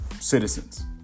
citizens